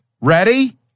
ready